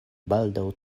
baldaŭ